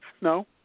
No